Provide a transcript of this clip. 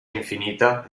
infinita